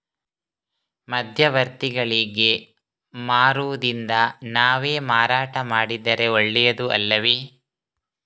ಮಧ್ಯವರ್ತಿಗಳಿಗೆ ಮಾರುವುದಿಂದ ನಾವೇ ಮಾರಾಟ ಮಾಡಿದರೆ ಒಳ್ಳೆಯದು ಅಲ್ಲವೇ?